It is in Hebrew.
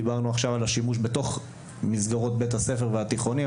דיברנו עכשיו על השימוש בתוך מסגרות בית הספר והתיכונית,